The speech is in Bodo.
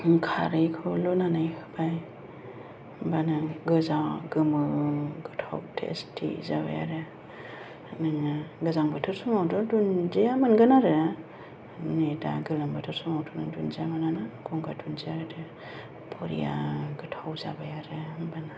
खारैखौ लुनानै होबाय होनबानिया गोजा गोमो गोथाव टेस्टि जाबाय आरो बिदिनो गोजां बोथोर समावथ' दुन्दिया मोनगोन आरो माने दा गोलोम बोथोर समावथ' दुन्दिया मोना ना गंगार दुन्दिया होदो बरिया गोथाव जाबाय आरो होमबाना